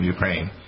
Ukraine